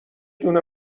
دونه